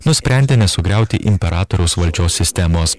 nusprendė nesugriauti imperatoriaus valdžios sistemos